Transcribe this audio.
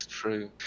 True